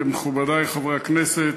מכובדי חברי הכנסת,